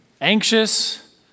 anxious